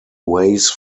ways